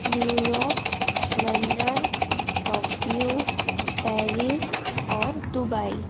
New York London Tokyo Paris और Dubai